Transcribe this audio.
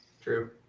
True